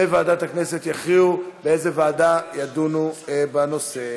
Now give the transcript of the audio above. ובוועדת הכנסת יכריעו באיזו ועדה ידונו בנושא.